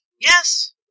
Yes